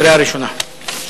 קריאה ראשונה.